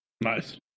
Nice